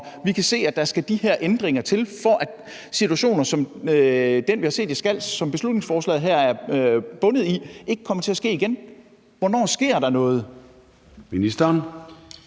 vi kan se, at der skal de her ændringer til, for at situationer som den, vi har set i Skals, og som beslutningsforslaget bygger på, ikke kommer til at ske igen. Hvornår sker der noget? Kl.